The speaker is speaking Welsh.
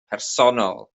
personol